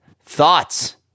Thoughts